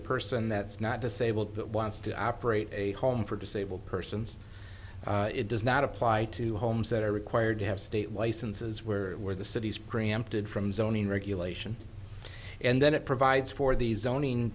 a person that's not to say well that wants to operate a home for disabled persons it does not apply to homes that are required to have state licenses where it where the city's preempted from zoning regulation and then it provides for the zoning